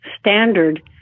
standard